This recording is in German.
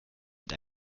mit